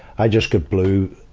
i just got blew,